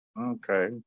Okay